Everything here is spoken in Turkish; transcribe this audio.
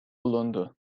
bulundu